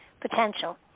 potential